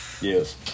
Yes